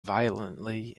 violently